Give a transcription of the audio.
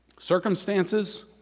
circumstances